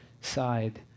side